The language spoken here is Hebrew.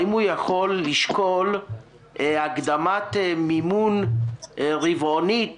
האם הוא יכול לשקול הקדמת מימון רבעונית